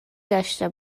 داشته